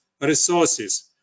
resources